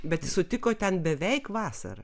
bet sutiko ten beveik vasarą